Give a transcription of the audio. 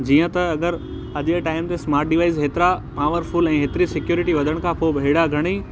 जीअं त अगरि अॼु जे टाइम ते स्मार्ट डिवाइस एतिरा पावर फ़ुल ऐं एतिरी सिक्योरिटी वधण खां पोइ बि अहिड़ा घणेई